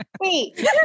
Wait